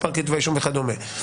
מספר כתבי אישום וכדומה.